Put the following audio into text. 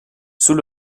sous